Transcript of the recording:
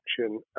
action